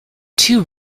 two